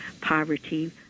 poverty